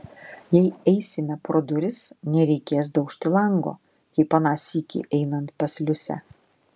jei eisime pro duris nereikės daužti lango kaip aną sykį einant pas liusę